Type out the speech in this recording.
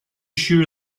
sure